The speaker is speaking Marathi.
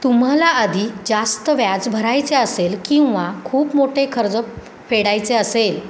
तुम्हाला आधी जास्त व्याज भरायचे असेल किंवा खूप मोठे कर्ज फेडायचे असेल